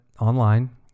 online